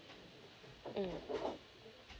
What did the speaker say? mm